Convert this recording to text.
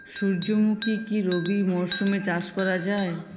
সুর্যমুখী কি রবি মরশুমে চাষ করা যায়?